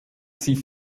sie